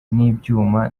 n’ibyuma